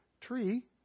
tree